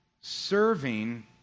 serving